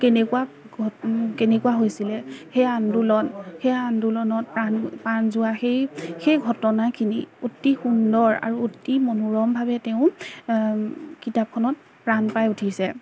কেনেকুৱা কেনেকুৱা হৈছিলে সেই আন্দোলন সেই আন্দোলনত প্ৰাণ প্ৰাণ যোৱা সেই সেই ঘটনাখিনি অতি সুন্দৰ আৰু অতি মনোৰমভাৱে তেওঁ কিতাপখনত প্ৰাণ পাই উঠিছে